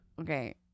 Okay